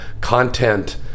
content